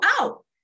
out